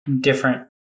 different